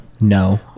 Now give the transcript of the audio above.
no